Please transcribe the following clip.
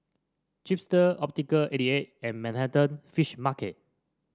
Chipster Optical eighty eight and Manhattan Fish Market